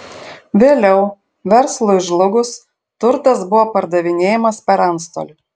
vėliau verslui žlugus turtas buvo pardavinėjamas per antstolį